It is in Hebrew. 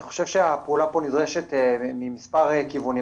אני חושב שהפעולה פה נדרשת ממספר כיוונים,